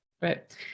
Right